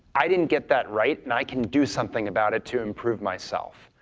i didn't get that right, and i can do something about it to improve myself.